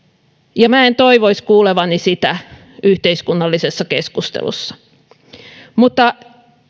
ja minä en toivoisi kuulevani sitä yhteiskunnallisessa keskustelussa mutta